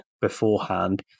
beforehand